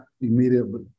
immediately